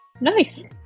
Nice